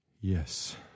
Yes